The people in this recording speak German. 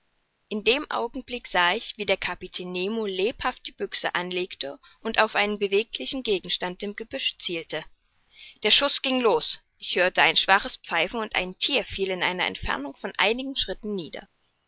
in dem augenblick sah ich wie der kapitän nemo lebhaft die büchse anlegte und auf einen beweglichen gegenstand im gebüsch zielte der schuß ging los ich hörte ein schwaches pfeifen und ein thier fiel in einer entfernung von einigen schritten nieder